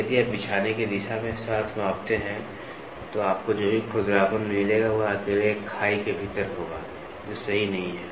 यदि आप बिछाने की दिशा के साथ मापते हैं तो आपको जो भी खुरदरापन मिलेगा वह अकेले एक खाई के भीतर होगा जो सही नहीं है